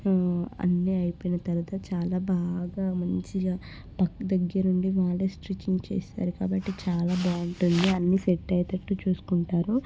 అన్నీ అయిపోయిన తర్వాత చాలా బాగా మంచిగా టక్ దగ్గర నుండి వాళ్ళే స్టిచింగ్ చేస్తారు కాబట్టి చాలా బాగుంటుంది అన్ని సెట్ అయ్యేటట్టు చూసుకుంటారు